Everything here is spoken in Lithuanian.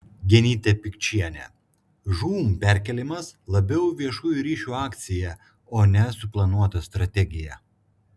genytė pikčienė žūm perkėlimas labiau viešųjų ryšių akcija o ne suplanuota strategija